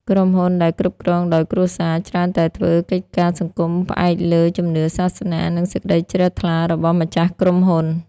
ក្រុមហ៊ុនដែលគ្រប់គ្រងដោយ គ្រួសារ ច្រើនតែធ្វើកិច្ចការសង្គមផ្អែកលើជំនឿសាសនា និងសេចក្ដីជ្រះថ្លារបស់ម្ចាស់ក្រុមហ៊ុន។